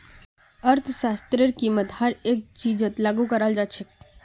अर्थशास्त्रतेर कीमत हर एक चीजत लागू कराल जा छेक